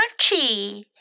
Crunchy